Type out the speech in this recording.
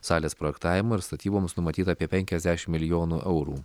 salės projektavimui ir statyboms numatyta apie penkiasdešimt milijonų eurų